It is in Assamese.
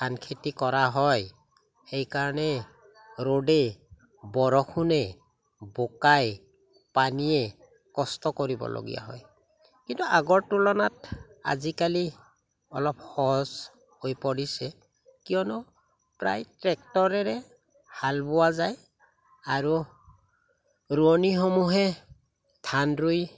ধান খেতি কৰা হয় সেইকাৰণে ৰ'দে বৰষুণে বোকাই পানীয়ে কষ্ট কৰিবলগীয়া হয় কিন্তু আগৰ তুলনাত আজিকালি অলপ সহজ হৈ পৰিছে কিয়নো প্ৰায় ট্ৰেক্টৰেৰে হাল বোৱা যায় আৰু ৰোৱনীসমূহে ধান ৰুই